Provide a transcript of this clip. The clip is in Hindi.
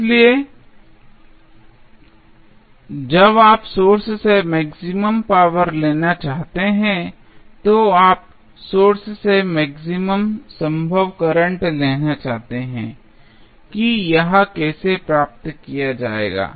इसलिए जब आप सोर्स से मैक्सिमम पावर लेना चाहते हैं तो आप सोर्स से मैक्सिमम संभव करंट लेना चाहते हैं कि यह कैसे प्राप्त किया जाएगा